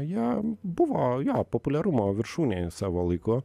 jam buvo jo populiarumo viršūnėj savo laiku